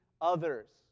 others